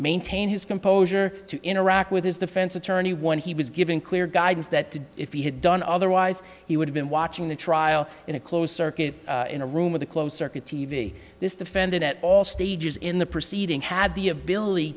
maintain his composure to interact with his defense attorney one he was given clear guidance that if he had done otherwise he would have been watching the trial in a closed circuit in a room with a close circuit t v this defendant at all stages in the proceeding had the ability